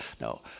No